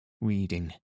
reading